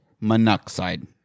monoxide